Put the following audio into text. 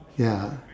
ya